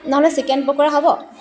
নহ'লে চিকেন পকোৰা হ'ব